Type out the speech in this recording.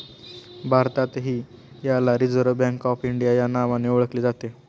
भारतातही याला reserve bank of India या नावाने ओळखले जाते